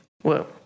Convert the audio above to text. Whoa